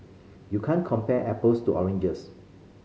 you can't compare apples to oranges